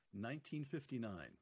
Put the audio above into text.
1959